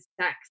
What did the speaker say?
sex